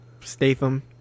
Statham